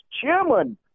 chairman